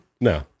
No